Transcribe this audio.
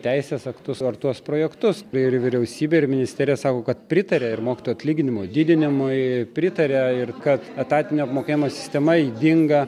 teisės aktus ar tuos projektus ir vyriausybė ir ministerija sako kad pritaria ir mokytojų atlyginimų didinimui pritaria ir kad etatinio apmokėjimo sistema ydinga